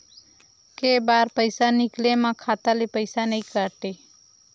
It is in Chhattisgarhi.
के बार पईसा निकले मा खाता ले पईसा नई काटे?